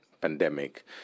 pandemic